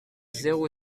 zéro